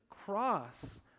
cross